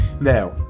Now